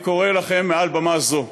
למה אתה מתכוון,